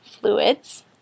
fluids